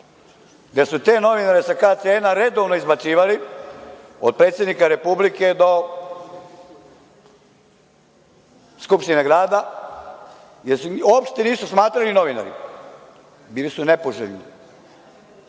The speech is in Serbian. gde su te novinare sa KCN-a redovno izbacivali, od predsednika Republike do Skupštine grada, jer se uopšte nisu smatrali novinarima. Bili su nepoželjni. Ko